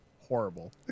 horrible